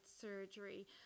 surgery